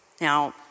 Now